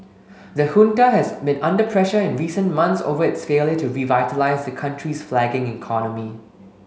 the Junta has been under pressure in recent months over its failure to revitalise the country's flagging economy